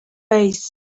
face